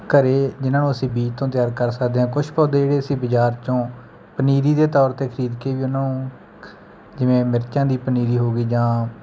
ਘਰ ਜਿੰਨ੍ਹਾਂ ਨੂੰ ਅਸੀਂ ਬੀਜ਼ ਤੋਂ ਤਿਆਰ ਕਰ ਸਕਦੇ ਹਾਂ ਕੁਛ ਪੌਦੇ ਜਿਹੜੇ ਅਸੀਂ ਬਾਜ਼ਾਰ 'ਚੋਂ ਪਨੀਰੀ ਦੇ ਤੌਰ 'ਤੇ ਖ਼ਰੀਦ ਕੇ ਵੀ ਉਹਨਾਂ ਨੂੰ ਜਿਵੇਂ ਮਿਰਚਾਂ ਦੀ ਪਨੀਰੀ ਹੋ ਗਈ ਜਾਂ